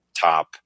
top